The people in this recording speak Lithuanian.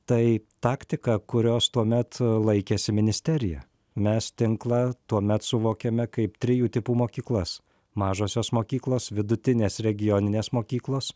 tai taktika kurios tuomet laikėsi ministerija mes tinklą tuomet suvokėme kaip trijų tipų mokyklas mažosios mokyklos vidutinės regioninės mokyklos